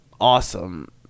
awesome